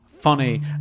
funny